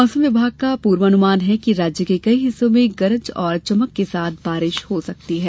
मौसम विभाग का पूर्वानुमान है कि राज्य के कई हिस्सों में गरज और चमक के साथ बारिश हो सकती है